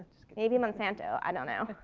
maybe monsanto, i don't know.